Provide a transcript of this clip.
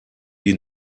die